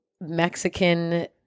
Mexican